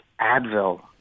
Advil